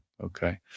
Okay